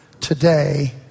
today